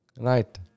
right